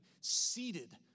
seated